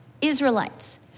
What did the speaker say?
Israelites